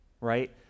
right